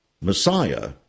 Messiah